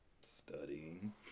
Studying